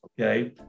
okay